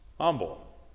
humble